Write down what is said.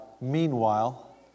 Meanwhile